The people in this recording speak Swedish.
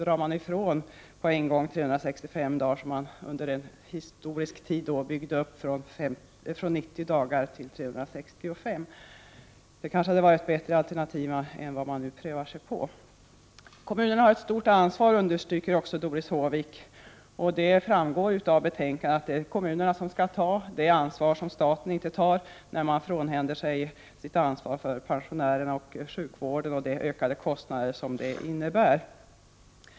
Nu avskaffas alla de 365 fridagarna, som historiskt sett har ökats från 90 till 365. En nedtrappning hade kanske varit ett bättre alternativ än det som man nu prövar. Doris Håvik understryker också att kommunerna har ett stort ansvar. Det framgår av betänkandet att kommunerna skall ta det ansvar som staten frånhänder sig för pensionärernas sjukvård och de ökande kostnaderna för denna.